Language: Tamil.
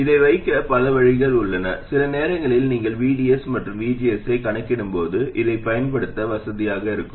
இதை வைக்க பல வழிகள் உள்ளன சில நேரங்களில் நீங்கள் VDS மற்றும் VGS ஐக் கணக்கிடும்போது இதைப் பயன்படுத்த வசதியாக இருக்கும்